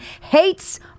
hates